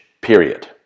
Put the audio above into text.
period